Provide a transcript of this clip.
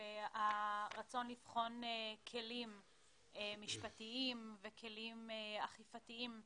והרצון לבחון כלים משפטיים וכלים אכיפתיים בתחום,